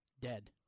dead